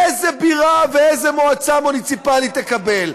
איזה בירה ואיזה מועצה מוניציפלית תקבל?